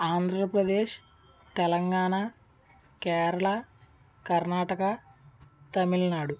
Andhra Pradesh Telangana Kerala Karnataka Tamil Nadu